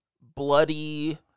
bloody